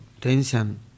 tension